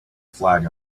flag